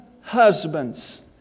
husbands